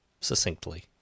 succinctly